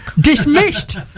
dismissed